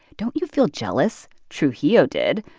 don't you feel jealous? trujillo did,